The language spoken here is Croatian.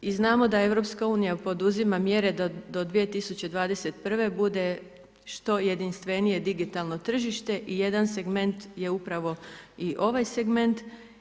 I znamo da EU poduzima mjere da do 2021. bude što jedinstvenije digitalno tržište i jedan segment je upravo i ovaj segment.